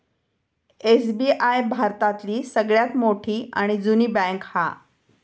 SBI भारतातली सगळ्यात मोठी आणि जुनी बॅन्क हा